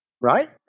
right